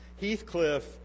Heathcliff